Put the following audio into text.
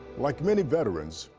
like many veterans,